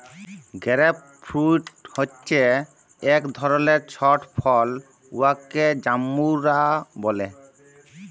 grape fruit হছে ইক ধরলের ছট ফল উয়াকে জাম্বুরা ব্যলে